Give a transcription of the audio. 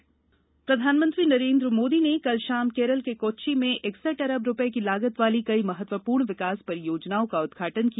प्रधानमंत्री केरल प्रधानमंत्री नरेंद्र मोदी ने कल शाम केरल के कोच्चि में इकसठ अरब रुपये की लागत वाली कई महत्वपूर्ण विकास परियोजनाओं का उदघाटन किया